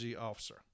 officer